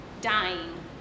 dying